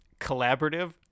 collaborative